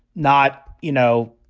not, you know,